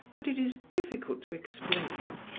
but it is difficult to explain.